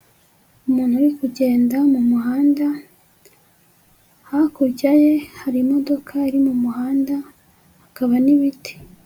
Umuntu uri kugenda mu muhanda, hakurya ye hari imodoka iri mu muhanda, hakaba n'ibiti.